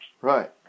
right